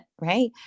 right